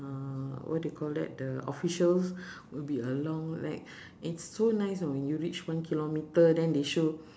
uh what do you called that the officials will be along like it's so nice o~ when you reach one kilometre than they show